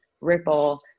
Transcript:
Ripple